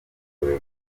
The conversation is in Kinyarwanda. ubuntu